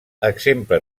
exemple